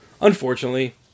Unfortunately